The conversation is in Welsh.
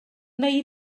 wnei